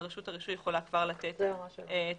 רשות הרישוי יכולה כבר לתת את הרישיון.